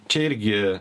čia irgi